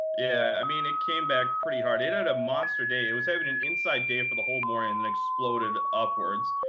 yeah. i mean, it came back pretty hard. it had a monster day. it was having an inside day for the whole morning, and it exploded upwards.